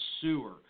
sewer